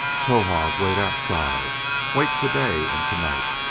towahg wait outside wait today and to-night!